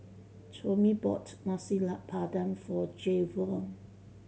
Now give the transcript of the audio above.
Tomie bought Nasi Padang for Jayvion